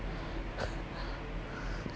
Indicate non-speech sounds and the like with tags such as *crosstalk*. *noise*